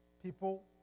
People